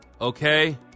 Okay